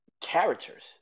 characters